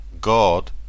God